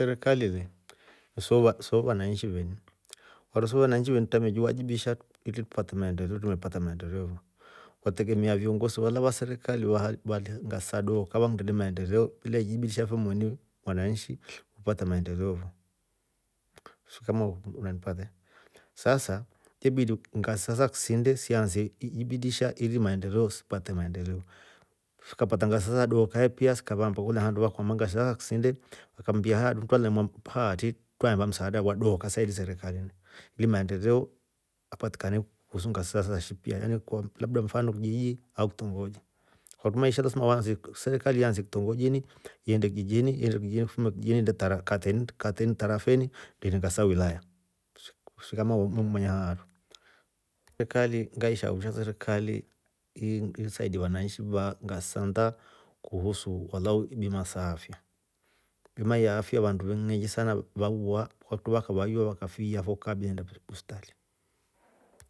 Serikali le so- so vananchi veni kama so vananchi tutame jiwajibisha kwetre tupate maendeleo tuvepata maendeleo fo. kwategemea fiongosi walya wa serikali wali ngasi sa dooka vakuindelie maendeleo ile jibisha fo moni mwananshi pata maendeleo fo sijui kama unanipata sasa yebidi ngasi silya sakisinde sianse ibidisha ili maendeleo sipate maendeleo. sikapata ngasi silya sa dooka piya sikava mboha ungakolya vakomaa ngasi silya sa ksinde sika mbiya haatru twalemwa mpaka haatri twahemba msaada wa dooka saidi serikalini ili maendeleo yapatikane. kusu ngasi silya sa shi pia labda mfano kijiji au kitongoji. Ukamesha lasima uanse. serikali ianse kitongojini iyende kijijini. ifume kijijini. iinde kateni- kateni, tarafeni iinda sawilaya. sijui kamaumeng'manya haatro. serekeli ngaishauri serikali isadie vananshi va ngasi sa nnda kuhusu walau bima sa afya, bima ya afya vanduu veenyengi sana vauwa vandu vakawaiywa wakafiia fo kaa bila iinda bustali.